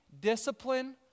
discipline